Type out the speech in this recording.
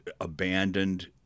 abandoned